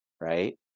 right